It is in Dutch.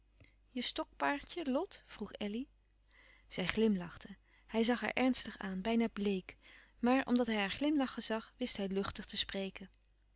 je stokpaardje lot vroeg elly zij glimlachte hij zag haar ernstig aan bijna bleek maar omdat hij haar glimlachen zag wist hij luchtig te spreken